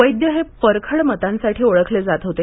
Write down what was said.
वैद्य हे परखड मतांसाठी ओळखले जात होते